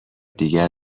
دیگر